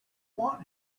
want